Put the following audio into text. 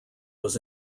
was